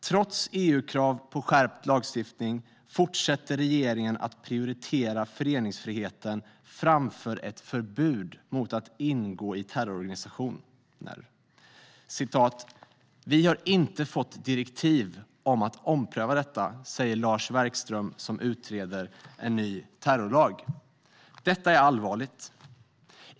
Trots EU-krav på skärpt lagstiftning fortsätter regeringen att prioritera föreningsfriheten framför ett förbud mot att ingå i terrororganisationer. 'Vi har inte fått direktiv om att ompröva detta', säger Lars Werkström, som utreder en ny terrorlag." Detta är allvarligt.